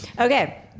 Okay